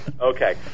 Okay